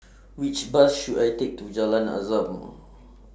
Which Bus should I Take to Jalan Azam